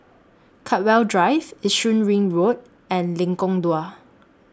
Chartwell Drive Yishun Ring Road and Lengkok Dua